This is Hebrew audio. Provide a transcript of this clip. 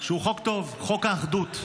שהוא חוק טוב, חוק האחדות,